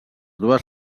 dues